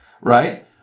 right